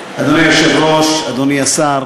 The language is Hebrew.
היושב-ראש, אדוני השר,